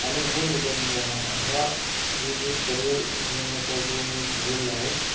आणि हे उदरनिर्वाह हा हे जे करिअर निवडण्याचा जो मी ठरवले आहे